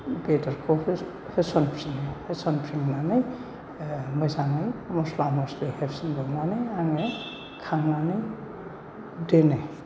बेदरखौ होसनफिनो होसनफिननानै मोजाङै मस्ला मस्लि होफिनबावनानै आङो खांनानै दोनो